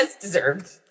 deserved